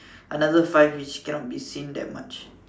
another five which cannot be seen that much